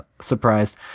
surprised